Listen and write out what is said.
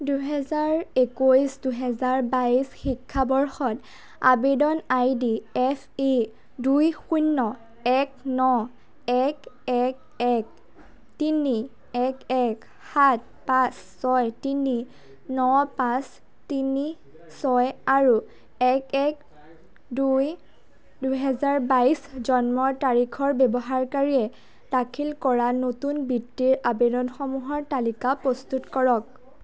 দুহেজাৰ একৈছ দুহেজাৰ বাইছ শিক্ষাবৰ্ষত আবেদন আইডি এফ ই দুই শূন্য এক ন এক এক এক তিনি এক এক সাত পাঁচ ছয় তিনি ন পাঁচ তিনি ছয় আৰু এক এক দুই দুহেজাৰ বাইছ জন্মৰ তাৰিখৰ ব্যৱহাৰকাৰীয়ে দাখিল কৰা নতুন বৃত্তিৰ আবেদনসমূহৰ তালিকা প্ৰস্তুত কৰক